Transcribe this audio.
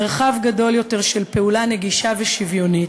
מרחב גדול יותר של פעולה נגישה ושװיונית,